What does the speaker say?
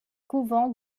couvents